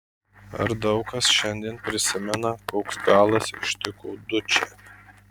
ar daug kas šiandien prisimena koks galas ištiko dučę